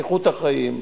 איכות החיים,